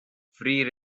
free